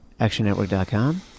actionnetwork.com